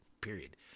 Period